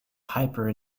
hyper